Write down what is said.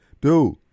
Dude